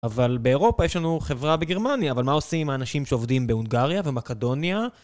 אבל באירופה יש לנו חברה בגרמניה, אבל מה עושים עם האנשים שעובדים בהונגריה ומקדוניה?